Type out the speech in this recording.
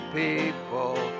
people